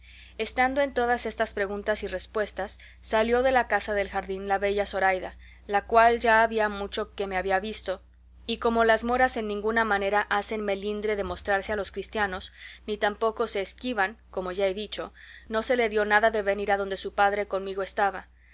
estando en todas estas preguntas y respuestas salió de la casa del jardín la bella zoraida la cual ya había mucho que me había visto y como las moras en ninguna manera hacen melindre de mostrarse a los cristianos ni tampoco se esquivan como ya he dicho no se le dio nada de venir adonde su padre conmigo estaba